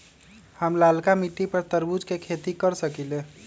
हम लालका मिट्टी पर तरबूज के खेती कर सकीले?